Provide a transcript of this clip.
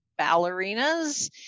ballerinas